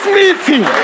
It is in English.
meeting